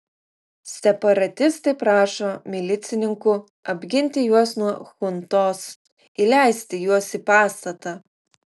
separatistai prašo milicininkų apginti juos nuo chuntos įleisti juos į pastatą